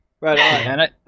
right